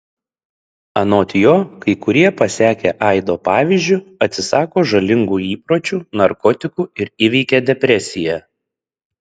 anot jo kai kurie pasekę aido pavyzdžiu atsisako žalingų įpročių narkotikų ir įveikia depresiją